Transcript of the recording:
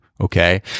Okay